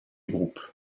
groupe